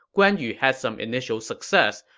guan yu had some initial success,